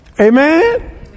Amen